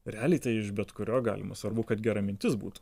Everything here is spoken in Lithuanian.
realiai tai iš bet kurio galima svarbu kad gera mintis būtų